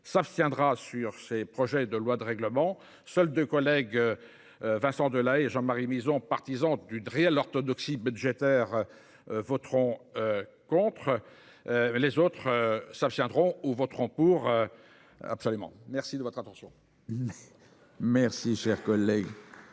s’abstiendra sur ces projets de loi de règlement. Seuls deux collègues, Vincent Delahaye et Jean Marie Mizzon, partisans d’une réelle orthodoxie budgétaire, voteront contre. Les autres s’abstiendront ou voteront pour. La parole est à M. Christian Bilhac. Monsieur